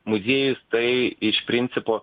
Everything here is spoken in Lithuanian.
muziejus tai iš principo